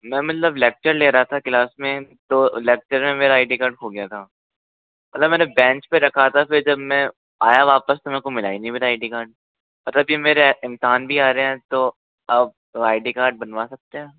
मैं जब लेक्चर ले रहा था क्लास में तो लेक्चर में मेरा आई डी कार्ड खो गया था मतलब मैंने बेंच पे रखा था फिर जब मैं आया वापस तो मेको मिला ही नहीं मेरा आई डी कार्ड मतलब कि मेरे इम्तिहान भी आ रहे है तो आप आई डी कार्ड बनवा सकते है